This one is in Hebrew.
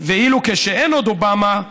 ואילו כשאין עוד אובמה,